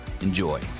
Enjoy